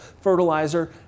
fertilizer